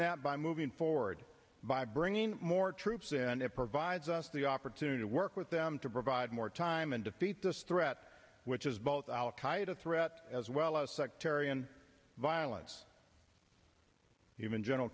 that by moving forward by bringing more troops in and it provides us the opportunity to work with them to provide more time and defeat this threat which is both al qaeda threat as well as sectarian violence human general